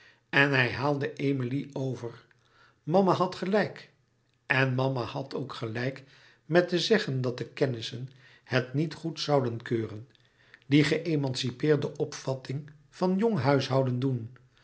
en hij haalde emilie over mama had gelijk en mama had ook gelijk met te zeggen dat de kennissen het niet goed zouden keuren die geëmancipeerde opvatting van jong huishouden doen